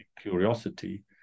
curiosity